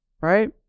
right